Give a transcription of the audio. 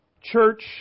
church